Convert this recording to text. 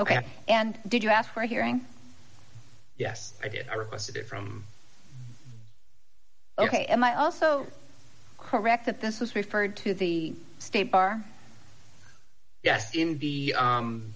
ok and did you ask for a hearing yes i did i requested it from ok am i also correct that this was referred to the state bar yes the